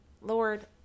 Lord